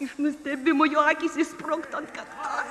iš nustebimo jo akys išsprogtų ant kaktos